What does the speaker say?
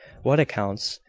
what accounts?